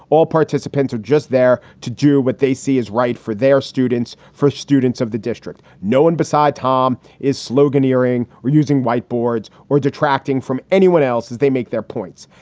all participants are just there to do what they see is right for their students. for students of the district, no one beside tom is sloganeering. we're using whiteboards or detracting from anyone else as they make their points.